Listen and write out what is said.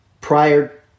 prior